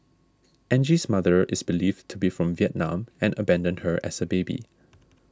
Angie's mother is believed to be from Vietnam and abandoned her as a baby